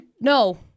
no